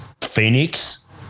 Phoenix